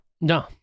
No